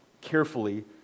carefully